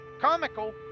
comical